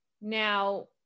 Now